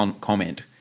comment